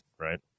right